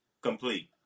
complete